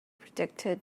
predicted